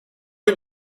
dem